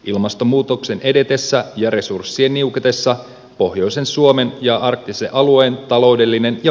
ilmastonmuutoksen edetessä ja resurssien niuketessa pohjoisen suomen ja arktisen alueen taloudellinen ja